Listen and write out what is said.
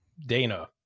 Dana